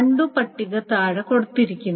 undo പട്ടിക താഴെ കൊടുത്തിരിക്കുന്നു